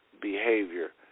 behavior